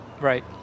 Right